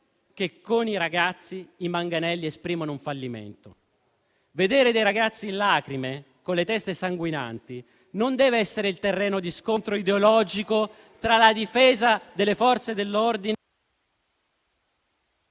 che con i ragazzi i manganelli esprimono un fallimento. Vedere ragazzi in lacrime, con le teste sanguinanti, non dev'essere il terreno di scontro ideologico tra la difesa delle Forze dell'ordine e chi grida al regime